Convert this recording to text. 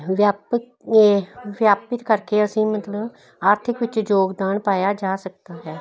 ਵਿਆਪਕ ਵਿਆਪਕ ਕਰਕੇ ਅਸੀਂ ਮਤਲਬ ਆਰਥਿਕ ਵਿੱਚ ਯੋਗਦਾਨ ਪਾਇਆ ਜਾ ਸਕਦਾ ਹੈ